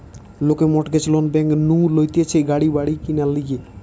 লোকে mortgage loan bank নু লইতেছে গাড়ি বাড়ি কিনার লিগে